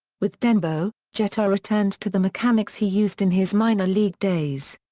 with denbo, jeter returned to the mechanics he used in his minor league days.